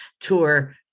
tour